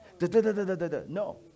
no